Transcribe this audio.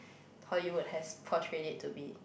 Hollywood has portrayed it to be